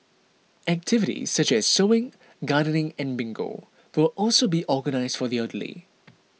activities such as sewing gardening and bingo will also be organised for the elderly